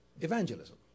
evangelism